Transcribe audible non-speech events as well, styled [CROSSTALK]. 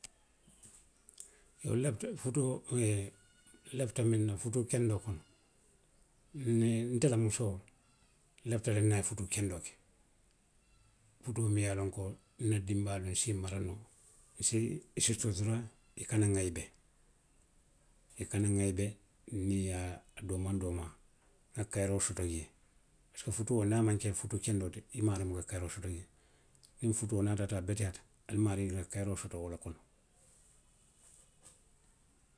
Iyoo nlafita futuo [HESITATION] nlaita miŋ na futu kendoo fanaŋ euh [HESITATION] nte la musoo. nlafita le nniŋ a ye futuu kendoo ke. Futuo miŋ ye a loŋ ko nna dinbaayaalu, nse i mara noo, i se sutura i kana ŋayibe. I kana ŋayibe, nniŋ i ye a doomaŋ doomaŋ, nŋa kayiroo soto jee pisiko futuo niŋ a maŋ ke futuu kendoo ti, i maarii buka kayiroo soto jee. Niŋ futuo niŋ a taata a beteyaata, ali maarii ka kayiroo soto wo le kono.